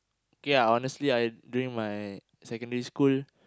ya honestly I during my secondary school